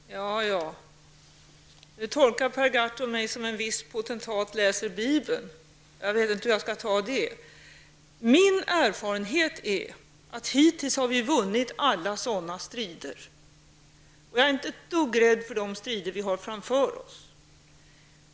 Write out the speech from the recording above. Herr talman! Ja, ja, nu tolkar Per Gahrton mig som en viss potentat läser Bibeln. Jag vet inte hur jag skall ta det. Min erfarenhet är att vi hittills har vunnit alla sådana strider. Jag är inte ett dugg rädd för de strider vi har framför oss.